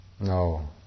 No